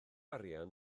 arian